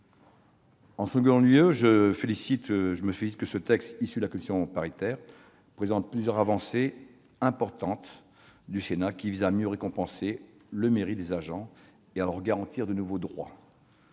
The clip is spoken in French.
ou policiers. Je me félicite que le texte élaboré par la commission mixte paritaire comporte plusieurs avancées importantes du Sénat qui visent à mieux récompenser le mérite des agents et à leur garantir de nouveaux droits.